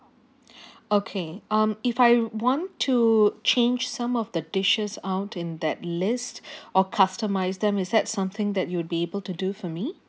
okay um if I want to change some of the dishes out in that list or customize them is that something that you'll be able to do for me